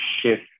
shift